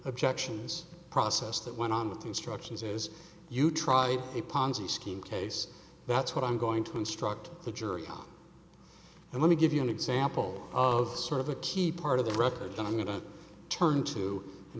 objections process that went on with the instructions is you tried a ponzi scheme case that's what i'm going to instruct the jury on and let me give you an example of sort of a key part of the record that i'm going to turn to in